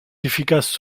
efficace